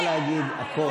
אין.